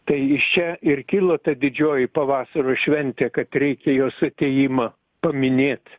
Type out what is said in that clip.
tai iš čia ir kilo ta didžioji pavasario šventė kad reikia jos atėjimą paminėt